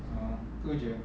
uh itu sahaja